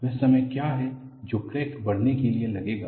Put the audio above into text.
वह समय क्या है जो क्रैक बढ़ने के लिए लेगेगा